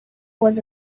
was